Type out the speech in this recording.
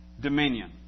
dominion